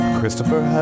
Christopher